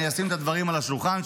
אני אשים את הדברים על השולחן,